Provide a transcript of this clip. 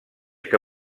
que